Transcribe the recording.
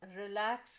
relax